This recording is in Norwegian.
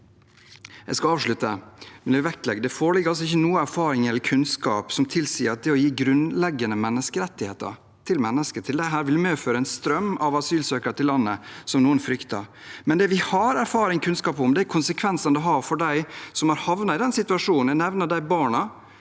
vektlegge at det ikke foreligger noe erfaring eller kunnskap som tilsier at det å gi grunnleggende menneskerettigheter til disse menneskene vil medføre en strøm av asylsøkere til landet, som noen frykter. Det vi har erfaring og kunnskap om, er konsekvensene det har for dem som har havnet i den situasjonen. Jeg nevnte barna.